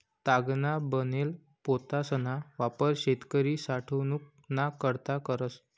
तागना बनेल पोतासना वापर शेतकरी साठवनूक ना करता करस